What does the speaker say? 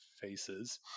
faces